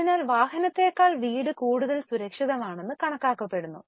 അതിനാൽ വാഹനത്തെക്കാൾ വീട് കൂടുതൽ സുരക്ഷിതമാണെന്ന് കണക്കാക്കപ്പെടുന്നു